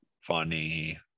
funny